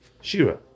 Shira